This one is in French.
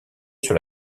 sur